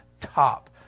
top